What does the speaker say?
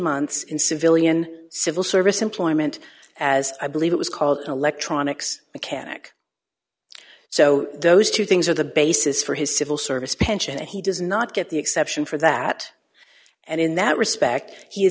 months in civilian civil service employment as i believe it was called electronics mechanic so those two things are the basis for his civil service pension and he does not get the exception for that and in that respect